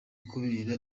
kubera